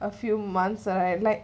a few months alright like